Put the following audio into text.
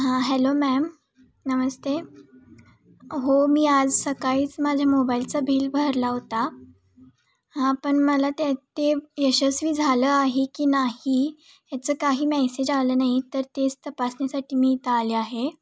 हां hello ma'am नमस्ते हो मी आज सकाळीच माझ्या मोबाईलचं बिल भरला होता हां पण मला ते ते यशस्वी झालं आहे की नाही याचं काही मेसेज आलं नाही तर तेच तपासण्यासाठी मी इथं आले आहे